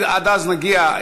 עד אז נגיע.